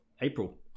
April